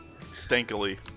Stankily